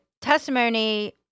Testimony